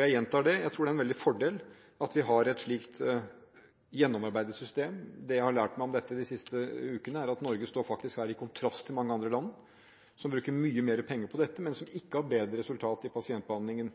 Jeg gjentar det. Jeg tror det er en veldig fordel at vi har et slikt gjennomarbeidet system. Det jeg har lært meg om dette de siste ukene, er at Norge her faktisk står i kontrast til mange andre land som bruker mye mer penger på dette, men som ikke har bedre resultater i pasientbehandlingen.